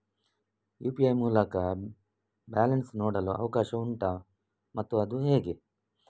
UPI ಮೂಲಕ balance ನೋಡಲು ಅವಕಾಶ ಉಂಟಾ ಮತ್ತು ಅದು ಹೇಗೆ?